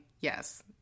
Yes